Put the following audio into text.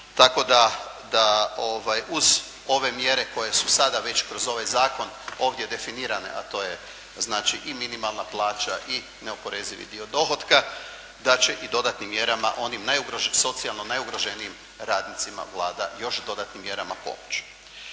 tako da uz ove mjere koje su sada već kroz ovaj zakon ovdje definirane, a to je znači i minimalna plaća i neoporezivi dio dohotka, da će i dodatnim mjerama onim socijalno najugroženijim radnicima Vlada još dodatnim mjerama pomoći.